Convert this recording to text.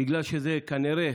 בגלל שזה כנראה